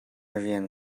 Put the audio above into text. rian